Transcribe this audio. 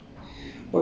becomes